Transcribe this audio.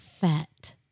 fat